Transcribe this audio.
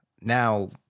now